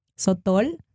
Sotol